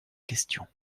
question